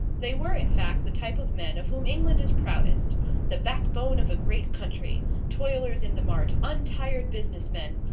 they were, in fact, the type of men of whom england is proudest the back-bone of a great country, toilers in the mart, untired businessmen,